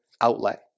outlet